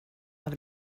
have